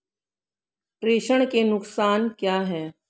प्रेषण के नुकसान क्या हैं?